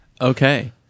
Okay